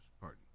Party